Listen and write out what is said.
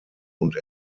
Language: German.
und